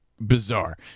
bizarre